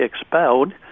expelled